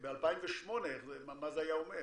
ב-2008 מה זה היה אומר?